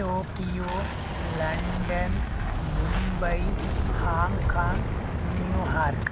Tokyo London Mumbai Hong Kong New York